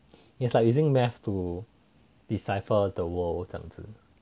it's like using math to decipher the world 这样子